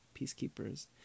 peacekeepers